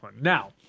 Now